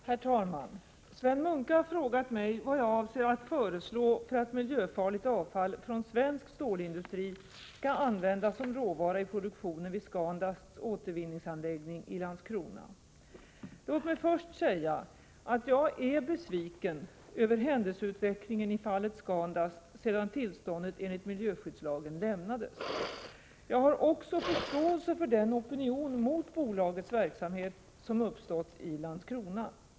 Herr talman! Sven Munke har frågat mig vad jag avser att föreslå för att miljöfarligt avfall från svensk stålindustri skall användas som råvara i produktionen vid ScanDusts återvinningsanläggning i Landskrona. Låt mig först säga att jag är besviken över händelseutvecklingen i fallet ScanDust sedan tillståndet enligt miljöskyddslagen lämnades. Jag har också förståelse för den opinion mot bolagets verksamhet som uppstått i Landskrona.